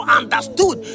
understood